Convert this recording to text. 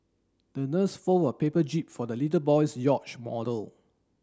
the nurse fold a paper jib for the little boy's yacht model